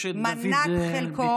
יש את דוד ביטן.